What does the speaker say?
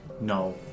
No